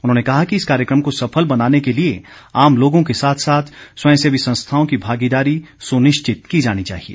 उन्होंने कहा कि इस कार्यक्रम को सफल बनाने के लिए आम लोगों के साथ साथ स्वयंसेवी संस्थाओं की भागीदारी सुनिश्चित की जानी चाहिए